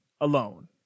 alone